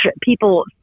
people